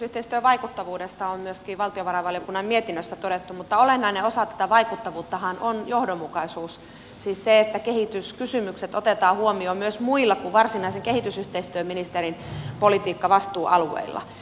kehitysyhteistyön vaikuttavuudesta on myöskin valtiovarainvaliokunnan mietinnössä todettu mutta olennainen osa tätä vaikuttavuuttahan on johdonmukaisuus siis se että kehityskysymykset otetaan huomioon myös muilla kuin varsinaisen kehitysyhteistyöministerin politiikkavastuualueella